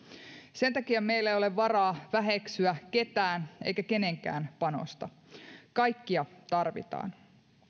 sen takia meillä ei ole varaa väheksyä ketään eikä kenenkään panosta kaikkia tarvitaan